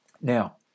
Now